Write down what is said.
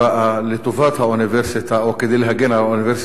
לטובת האוניברסיטה או כדי להגן על האוניברסיטה,